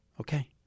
Okay